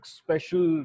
special